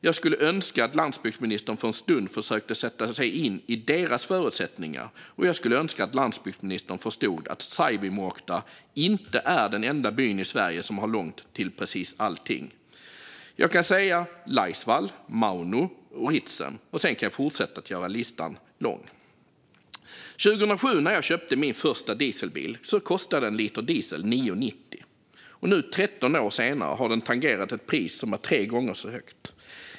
Jag skulle önska att hon för en stund försöker sätta sig in i dessa människors förutsättningar, och jag skulle önska att landsbygdsministern förstod att Saivomuotka inte är den enda byn i Sverige som har långt till precis allting. Jag kan även nämna Laisvall, Maunu och Ritsem, och listan kan göras lång. År 2007, när jag köpte min första dieselbil, kostade en liter diesel 9,90. Nu, 13 år senare, har den tangerat ett pris som är tre gånger så högt.